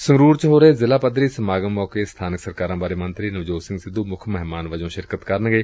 ਸੰਗਰੁਰ ਚ ਹੋ ਰਹੇ ਜ਼ਿਲ੍ਹਾ ਪੱਧਰੀ ਸਮਾਗਮ ਮੌਕੇ ਸਬਾਨਕ ਸਰਕਾਰਾਂ ਬਾਰੇ ਮੰਤਰੀ ਨਵਜੋਤ ਸਿੰਘ ਸਿੱਧੁ ਮੁੱਖ ਮਹਿਮਾਨ ਵਜੋਂ ਸ਼ਿਰਕਤ ਕਰਨਗੇ